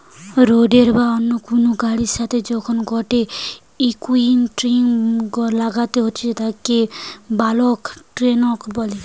রোডের বা অন্য কুনু গাড়ির সাথে যখন গটে কইরা টাং লাগাইতেছে তাকে বাল্ক টেংক বলে